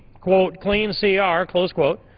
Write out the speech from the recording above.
quote, clean c r, closed quote,